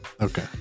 okay